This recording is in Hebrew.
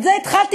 מזה התחלתי,